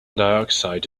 dioxide